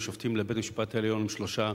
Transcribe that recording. שופטים לבית-המשפט העליון הם שלושה,